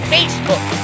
Facebook